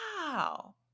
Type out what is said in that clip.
wow